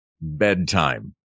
bedtime